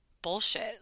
bullshit